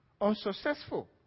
Unsuccessful